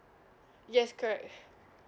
yes correct